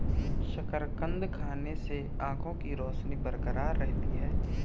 शकरकंद खाने से आंखों के रोशनी बरकरार रहती है